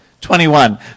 Twenty-one